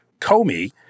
Comey